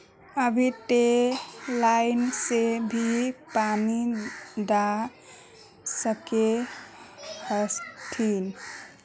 अभी ते लाइन से भी पानी दा सके हथीन?